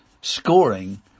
scoring